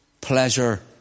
pleasure